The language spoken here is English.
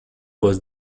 was